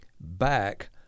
back